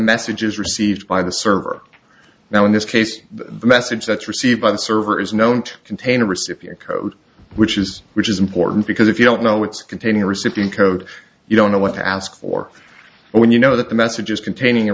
message is received by the server now in this case the message that's received by the server is known to contain recipient code which is which is important because if you don't know it's containing a recipient code you don't know what to ask for when you know that the messages containing a